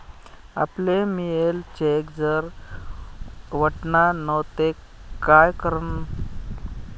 आपले मियेल चेक जर वटना नै ते काय करानं?